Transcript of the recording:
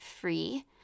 free –